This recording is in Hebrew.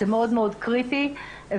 זה מאוד מאוד קריטי וגם,